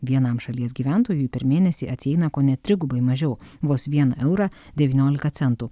vienam šalies gyventojui per mėnesį atsieina kone trigubai mažiau vos vieną eurą devyniolika centų